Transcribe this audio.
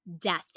Death